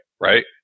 right